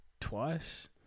twice